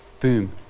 Boom